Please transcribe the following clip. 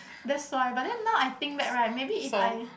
that's why but then now I think back right maybe if I